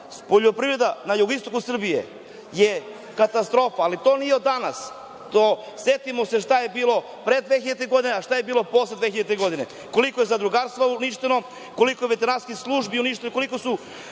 Poljoprivreda na jugu, istoku Srbije je katastrofa, ali to nije od danas. Setimo se šta je bilo pre 2000. godine, a šta je bilo posle 2000. godine, koliko je zadrugarstvo uništeno, koliko veterinarskih službi uništeno, koliko su